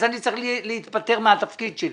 אני צריך להתפטר מהתפקיד שלי.